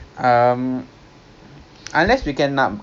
I I I tak tahu I I would think so